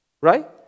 Right